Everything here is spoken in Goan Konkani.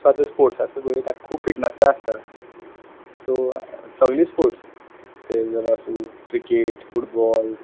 आतां स्पोर्ट्स आस पय ताक खूब फिटनस जाय आसता सो सगले स्पोर्ट्स ते जर आसूं क्रिकेट फुटबॉल